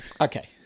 Okay